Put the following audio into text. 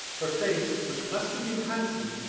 her face, which must have been handsome,